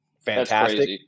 fantastic